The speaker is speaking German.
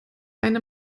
eine